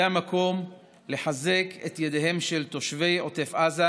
זה המקום לחזק את ידיהם של תושבי עוטף עזה,